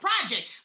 project